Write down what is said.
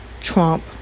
Trump